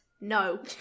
no